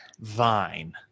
Vine